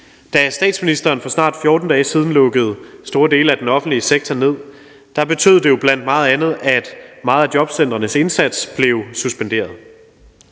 Da statsministeren for snart 14 dage siden lukkede store dele af den offentlige sektor ned, betød det jo blandt meget andet, at meget af jobcentrenes indsats blev suspenderet,